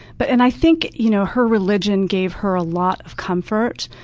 but and i think you know her religion gave her a lot of comfort.